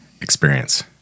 experience